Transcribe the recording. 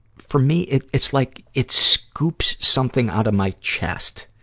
for me, it, it's like it scoops something out of my chest,